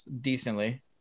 decently